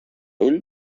ull